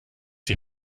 die